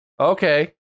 Okay